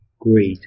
great